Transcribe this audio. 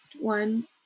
one